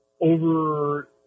over